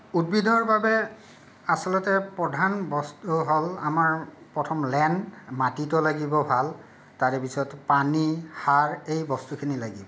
উদ্ভিদৰ বাবে আচলতে প্ৰধান বস্তু হ'ল আমাৰ প্ৰথম লেন মাটিটো লাগিব ভাল তাৰে পিছত পানী সাৰ এই বস্তুখিনি লাগিব